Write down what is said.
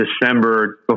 December